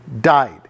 died